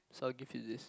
so what gift is this